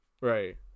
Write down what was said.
Right